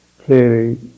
clearly